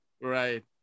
right